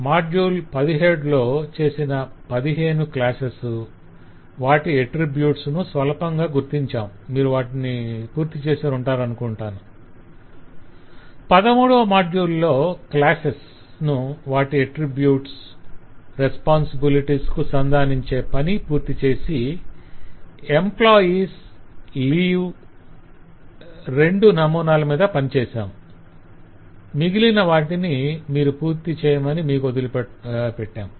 module 17 లో చేసిన 15 classes వాటి అట్రిబ్యూట్స్ ను స్వల్పంగా గుర్తించాం మీరు వాటిని పూర్తిచేసి ఉంటారనుకొంటాను 18వ మాడ్యుల్ లో క్లాసెస్ ను వాటి అట్రిబ్యూట్స్ రెస్పొంసిబిలిటీస్ కు సంధానించే పని పూర్తిచేసి ఎంప్లాయ్ లీవ్ల రెండు నమూనాల మీద పనిచేశాం మిగిలిన వాటిని మీరు పూర్తిచేయమని వదిలిపెట్టాం